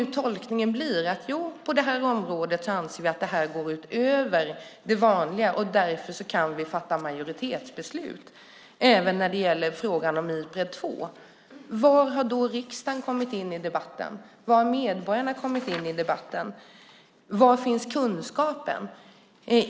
Om tolkningen blir att vi anser att det på det här området går utöver det vanliga och att vi därför kan fatta majoritetsbeslut även när det gäller frågan om Ipred 2, var har då riksdagen kommit in i debatten? Var har medborgarna kommit in i debatten? Var finns kunskapen?